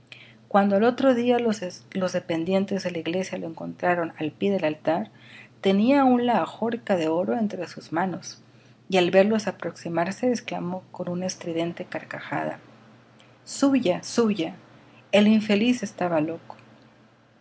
cuando al otro día los dependientes de la iglesia le encontraron al pie del altar tenía aún la ajorca de oro entre sus manos y al verlos aproximarse exclamó con una estridente carcajada suya suya el infeliz estaba loco